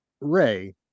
Ray